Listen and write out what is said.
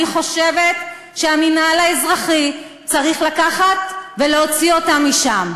אני חושבת שהמינהל האזרחי צריך לקחת ולהוציא אותם משם.